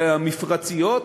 במפרציות,